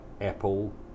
Apple